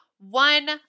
One